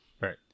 Right